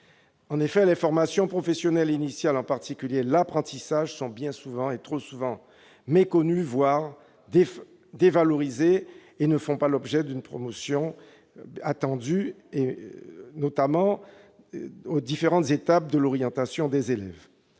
En effet, les formations professionnelles initiales, en particulier l'apprentissage, sont trop souvent méconnues, voire dévalorisées, et ne font pas l'objet de la promotion qu'elles méritent aux différentes étapes de l'orientation des élèves.